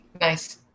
nice